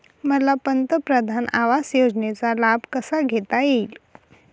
मला पंतप्रधान आवास योजनेचा लाभ कसा घेता येईल?